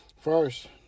First